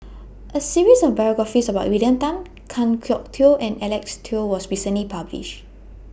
A series of biographies about William Tan Kan Kwok Toh and Alec Kuok was recently published